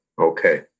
Okay